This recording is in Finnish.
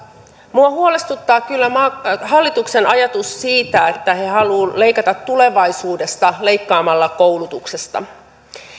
minua huolestuttaa kyllä hallituksen ajatus siitä että he haluavat leikata tulevaisuudesta leikkaamalla koulutuksesta